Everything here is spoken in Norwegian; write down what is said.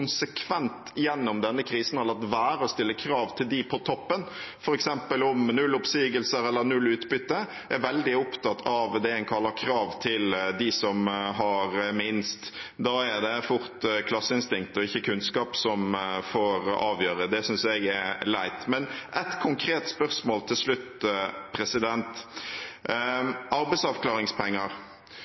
har latt være å stille krav til dem på toppen, f.eks. om null oppsigelser eller null utbytte, er veldig opptatt av det en kaller krav til dem som har minst. Da er det fort klasseinstinktet og ikke kunnskap som får avgjøre. Det synes jeg er leit. Men jeg har et konkret spørsmål til slutt om arbeidsavklaringspenger.